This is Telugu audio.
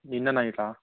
నిన్న నైటా